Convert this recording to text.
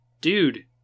dude